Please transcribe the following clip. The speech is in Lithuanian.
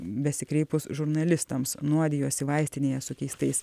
besikreipus žurnalistams nuodijosi vaistinėje sukeistais